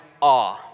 awe